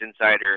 Insider